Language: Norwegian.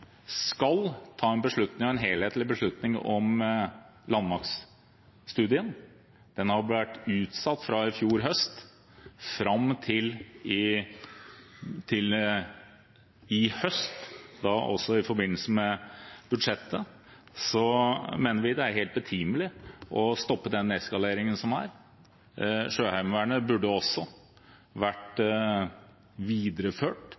skal ta en beslutning, en helhetlig beslutning, om landmaktstudien – den har vært utsatt fra i fjor høst fram til i høst, da også i forbindelse med budsjettet – mener vi det er helt betimelig å stoppe den nedskaleringen som er. Sjøheimevernet burde også vært videreført